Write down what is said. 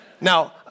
Now